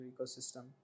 ecosystem